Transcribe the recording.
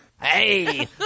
Hey